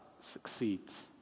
succeeds